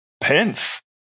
Pence